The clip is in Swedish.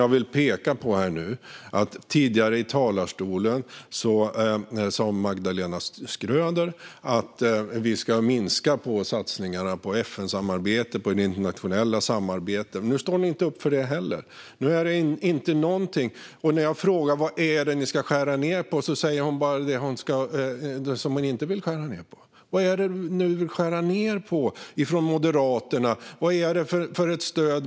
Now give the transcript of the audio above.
Jag vill dock peka på att Magdalena Schröder tidigare i talarstolen sa att ni ska minska satsningarna på FN-samarbete och internationellt samarbete. Nu står ni inte upp för det heller. När jag frågar vad det är ni ska skära ned på talar hon bara om det hon inte vill skära ned på. Vad är det ni i Moderaterna vill skära ned på?